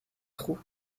trous